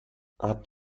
habt